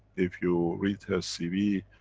if you read her cv,